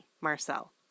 Marcel